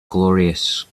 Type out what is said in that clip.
glorious